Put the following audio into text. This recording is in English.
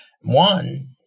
One